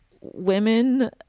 women